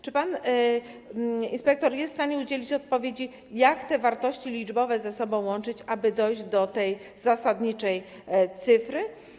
Czy pan inspektor jest w stanie udzielić odpowiedzi, jak te wartości liczbowe ze sobą łączyć, aby dojść do tej zasadniczej cyfry?